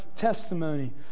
testimony